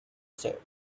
said